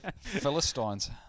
Philistines